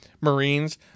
Marines